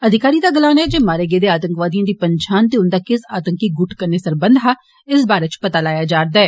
अधिकारी दा गलाना ऐ जे मारे गेदे आतंकवादिएं दी पंछान ते उन्दा इस आतंकी गुट कन्नै सरबंध हा इस बारै पता लाया जा'रदा ऐ